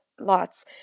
lots